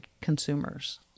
consumers